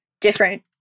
different